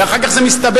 ואחר כך זה מסתבך,